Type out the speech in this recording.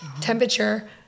temperature